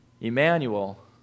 Emmanuel